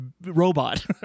robot